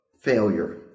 failure